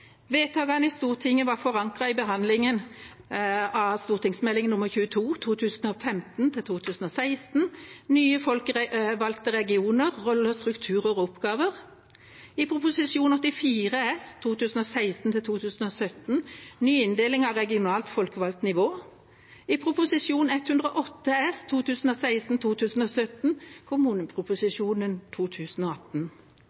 Vedtakene i Stortinget var forankret i behandlingen av Meld. St. 22 for 2015–2016, «Nye folkevalgte regioner – rolle, struktur og oppgaver», Prop. 84 S for 2016–2017, «Ny inndeling av regionalt folkevalgt nivå», og Prop. 128 S